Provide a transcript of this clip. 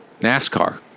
NASCAR